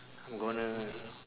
I'm gonna